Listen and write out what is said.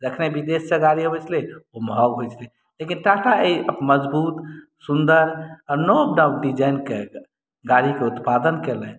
जखनहि विदेशसँ गाड़ी अबैत छलै ओ महग होइत छलै लेकिन टाटा ई मजबूत सुन्दर आ नव नव डिजाइनके गाड़ीके उत्पादन कयलथि